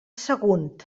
sagunt